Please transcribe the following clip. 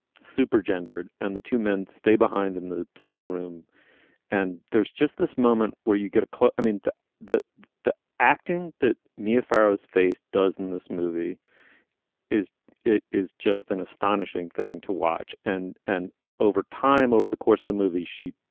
super gendered. and the two men stay behind in the sitting room and there's just this moment where you get a clock. i mean that the the acting that mia farrow's face does in this movie is it is just an astonishing thing to watch. and and over time over the course the movie she